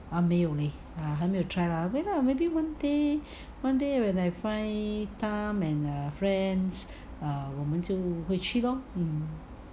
!huh! 没有 leh 还没有 try lah wait lah maybe one day one day when I find time and err friends err 我们就会去 lor